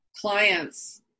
clients